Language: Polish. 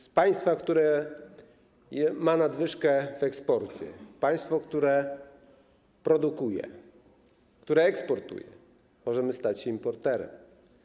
Z państwa, które ma nadwyżkę w eksporcie, państwa, które produkuje, które eksportuje, możemy stać się importerem.